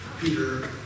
Peter